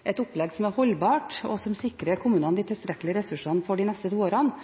et opplegg som er holdbart, og som sikrer kommunene de tilstrekkelige ressursene for de neste to årene.